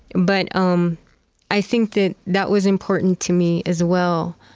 and but um i think that that was important to me, as well.